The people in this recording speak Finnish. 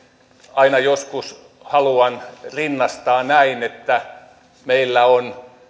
aina joskus haluan rinnastaa näin että meillä on